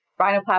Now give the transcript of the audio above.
rhinoplasty